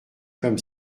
comme